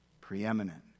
preeminent